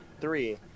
Three